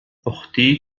أختي